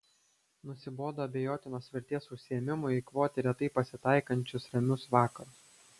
nusibodo abejotinos vertės užsiėmimui eikvoti retai pasitaikančius ramius vakarus